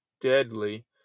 deadly